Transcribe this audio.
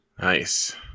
Nice